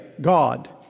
God